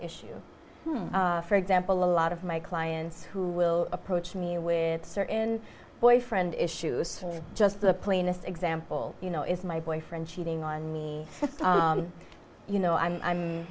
issue for example a lot of my clients who will approach me with certain boyfriend issues just the plainest example you know is my boyfriend cheating on me you know i'm i